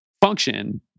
function